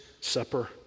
Supper